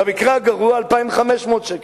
ובמקרה הגרוע 2,500 שקל.